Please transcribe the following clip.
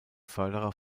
förderer